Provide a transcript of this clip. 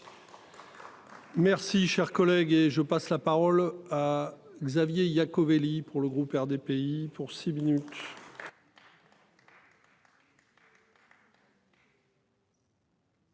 Merci cher collègue. Et je passe la parole à Xavier Iacovelli pour le groupe RDPI pour six minutes.